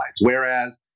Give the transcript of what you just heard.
Whereas